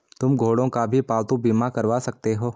तुम घोड़ों का भी पालतू बीमा करवा सकते हो